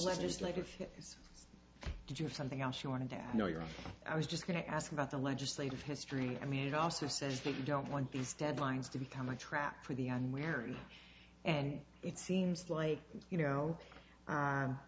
it's did you have something else you wanted to add know your i was just going to ask about the legislative history i mean it also says that you don't want these deadlines to become a trap for the unwary and it seems like you know